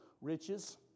Riches